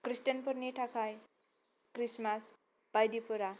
क्रिस्टानफोरनि थाखाय ख्रिस्टमास बायदिफोरा